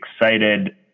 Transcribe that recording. excited